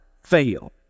fail